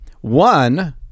One